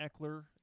Eckler